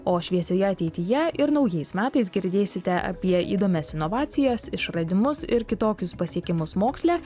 o šviesioje ateityje ir naujais metais girdėsite apie įdomias inovacijas išradimus ir kitokius pasiekimus moksle